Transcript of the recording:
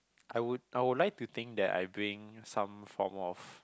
I would I would like to think that I bring some form of